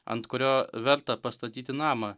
ant kurio verta pastatyti namą